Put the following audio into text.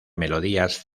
melodías